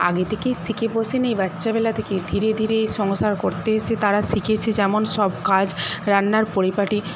আগে থেকেই শিখে বসেনি বাচ্চাবেলা থেকে ধীরে ধীরে সংসার করতে এসে তারা শিখেছে যেমন সব কাজ রান্নার পরিপাটি